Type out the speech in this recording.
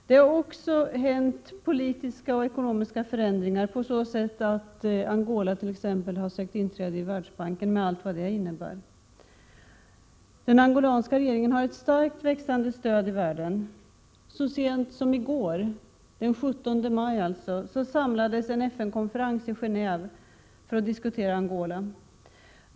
Det har också skett politiska och ekonomiska förändringar, på så sätt att Angola t.ex. har sökt inträde i Världsbanken, med allt vad det innebär. Den angolanska regeringen har ett starkt och växande stöd i världen, Så sent som i går, den 17 maj, samlades en FN-konferens i Geneve för att diskutera Angola.